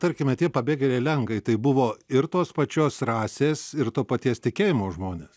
tarkime tie pabėgėliai lenkai tai buvo ir tos pačios rasės ir to paties tikėjimo žmonės